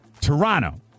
Toronto